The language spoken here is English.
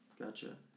Gotcha